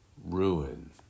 Ruin